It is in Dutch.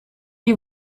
die